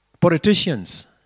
Politicians